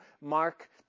Mark